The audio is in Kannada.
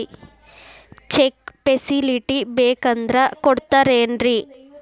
ಚೆಕ್ ಫೆಸಿಲಿಟಿ ಬೇಕಂದ್ರ ಕೊಡ್ತಾರೇನ್ರಿ?